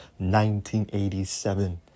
1987